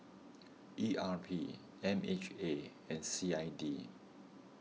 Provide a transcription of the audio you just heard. E R P M H A and C I D